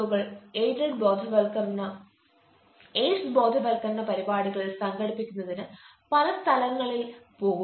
കൾ എയ്ഡ്സ് ബോധവൽക്കരണ പരിപാടികൾ സംഘടിപ്പിക്കുന്നതിന് പല സ്ഥലങ്ങളിൽ പോകുന്നു